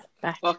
back